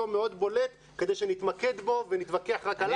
מאוד בולט כדי שנתמקד בו ונתווכח רק עליו.